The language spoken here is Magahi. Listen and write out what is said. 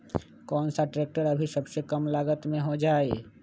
कौन सा ट्रैक्टर अभी सबसे कम लागत में हो जाइ?